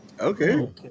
Okay